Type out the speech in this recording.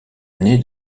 année